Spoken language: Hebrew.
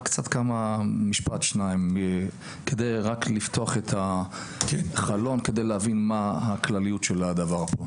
רק משפט שניים רק כדי לפתוח את הצוהר כדי להבין מה הכלליות של הדבר.